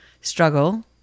struggle